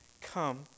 Come